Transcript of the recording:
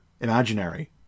imaginary